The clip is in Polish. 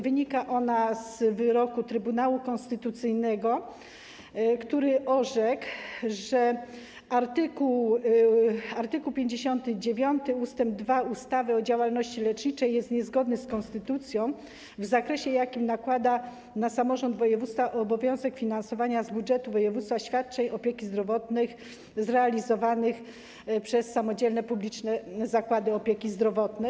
Wynika ona z wyroku Trybunału Konstytucyjnego, który orzekł, że art. 59 ust. 2 ustawy o działalności leczniczej jest niezgodny z konstytucją w zakresie, w jakim nakłada na samorząd województwa obowiązek finansowania z budżetu województwa świadczeń opieki zdrowotnej zrealizowanych przez samodzielne publiczne zakłady opieki zdrowotnej.